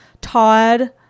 Todd